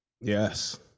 Yes